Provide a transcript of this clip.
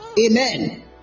Amen